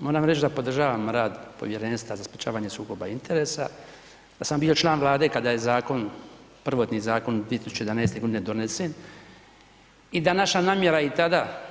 Moram reći da podržavam rad Povjerenstva za sprječavanje sukoba interesa, da sam bio član Vlade kada je zakon prvotni zakon 2011. godine donesen i današnja namjera i tada